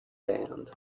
band